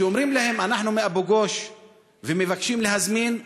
וכשאומרים להם: אנחנו מאבו-גוש ומבקשים להזמין,